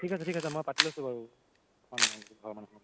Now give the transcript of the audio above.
ঠিক আছে ঠিক আছে মই পাতি লৈছো বাৰু ঘৰৰ মানুহৰ লগত